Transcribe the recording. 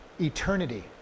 Eternity